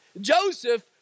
Joseph